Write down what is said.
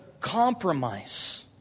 compromise